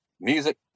music